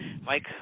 Mike